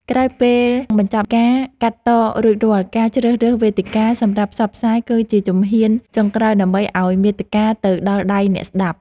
ក្រោយពេលបញ្ចប់ការកាត់តរួចរាល់ការជ្រើសរើសវេទិកាសម្រាប់ផ្សព្វផ្សាយគឺជាជំហានចុងក្រោយដើម្បីឱ្យមាតិកាទៅដល់ដៃអ្នកស្តាប់។